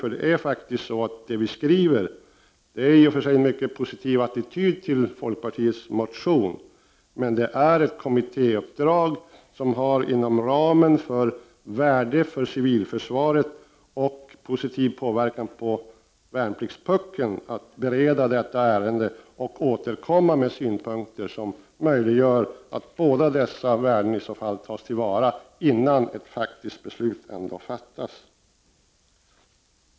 Visserligen har skrivningen en mycket positiv attityd till folkpartiets motion, men det lämnas alltså ett kommittéuppdrag att med hänsyn till värdet för civilförsvaret och den positiva påverkan på värnpliktspuckeln bereda ärendet och återkomma med synpunker som möjliggör att dessa värden tas till vara innan ett beslut ändå fattas.